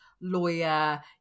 lawyer